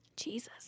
Jesus